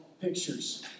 pictures